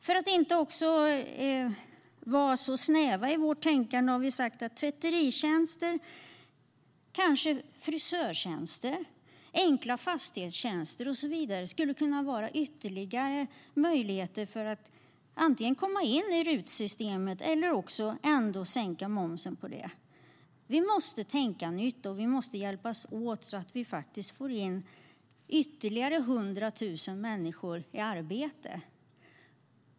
För att inte vara så snäva i vårt tänkande har vi sagt att tvätteritjänster, kanske frisörtjänster, enkla fastighetstjänster och så vidare skulle kunna vara ytterligare möjligheter att komma in i RUT-systemet, eller också sänker vi momsen på det ändå. Vi måste tänka nytt och hjälpas åt så att vi får ytterligare 100 000 människor i arbete.